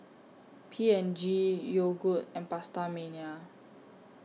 P and G Yogood and PastaMania